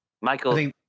Michael